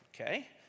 okay